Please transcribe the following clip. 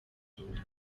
n’abarimu